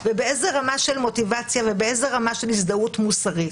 ובאיזו רמה של מוטיבציה ובאיזו רמה של הזדהות מוסרית.